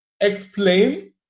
explain